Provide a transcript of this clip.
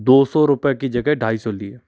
दो सौ रुपये की जगह ढाई सौ लिए